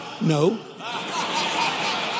no